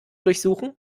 durchsuchen